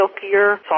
silkier